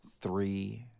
three